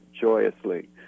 joyously